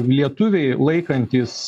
lietuviai laikantys